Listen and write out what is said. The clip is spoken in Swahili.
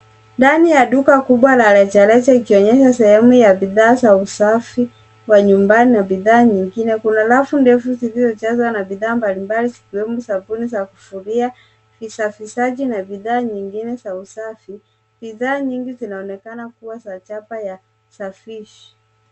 Ndani ya duka kubwa la rejareja ikionyesha sehemu ya bidhaa za usafi wa nyumbani na bidhaa nyingine. Kuna rafu ndefu zilizojazwa na bidhaa mbalimbali zikiwemo sabuni za kufulia, visafishaji na bidhaa nyingine za usafi. Bidhaa nyingi zinaonekana kuwa za chapa ya Safisha.